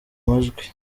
amajwi